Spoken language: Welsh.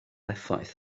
effaith